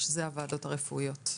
שזה הוועדות הרפואיות.